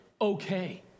Okay